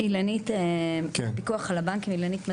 אילנית מדמוני מהפיקוח על הבנקים.